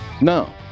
No